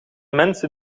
mensen